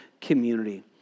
community